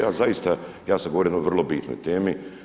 Ja zaista, ja sad govorim o vrlo bitnoj temi.